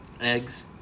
Eggs